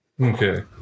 Okay